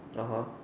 (uh huh)